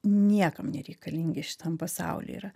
niekam nereikalingi šitam pasauly yra